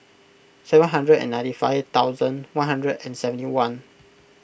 seven hundred and ninety five thousand one hundred and seventy one